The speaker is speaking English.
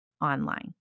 online